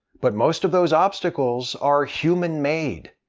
but most of those obstacles are human-made.